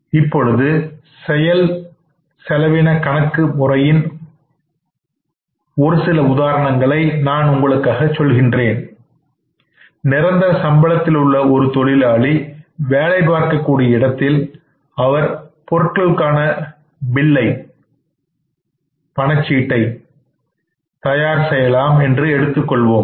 இப்பொழுது செயல் செலவின கணக்கு முறையில் நான் ஒரு சில உதாரணங்களைப் பார்ப்போம் நிரந்தர சம்பளத்தில் உள்ள ஒரு தொழிலாளி வேலை பார்க்கக் கூடிய இடத்தில் அவர் பொருட்களுக்கான பில்லை billinvoice தயார் செய்யலாம் என்று எடுத்துக்கொள்வோம்